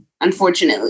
unfortunately